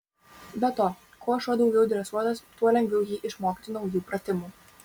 be to kuo šuo daugiau dresuotas tuo lengviau jį išmokyti naujų pratimų